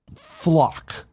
flock